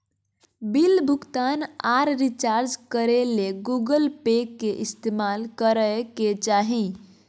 bill भुगतान आर recharge करे ले गूगल पे के इस्तेमाल करय के चाही